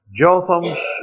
Jotham's